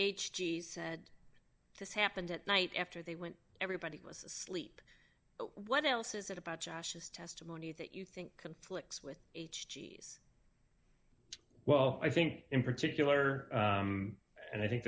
g said this happened at night after they went everybody was asleep what else is it about josh's testimony that you think conflicts with h g s well i think in particular and i think